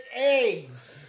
Eggs